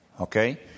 Okay